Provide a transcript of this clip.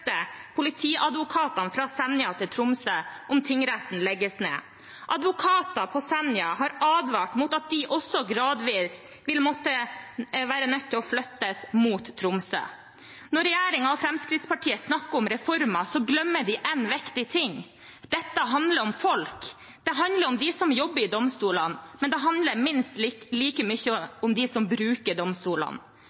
politiadvokatene fra Senja til Tromsø om tingretten legges ned. Advokater på Senja har advart mot at de også gradvis vil måtte være nødt til å flytte mot Tromsø. Når regjeringen og Fremskrittspartiet snakker om reformer, glemmer de én viktig ting: Dette handler om folk – det handler om dem som jobber i domstolene, men det handler minst like